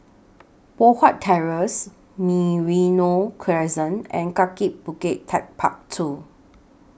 Poh Huat Terrace Merino Crescent and Kaki Bukit Techpark two